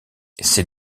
ces